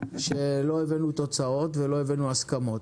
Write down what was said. שלא הביאו תוצאות והסכמות.